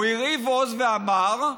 הוא הרהיב עוז ואמר: